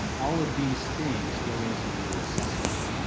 um all of these things go into your assessment.